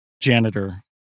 janitor